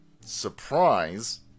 surprise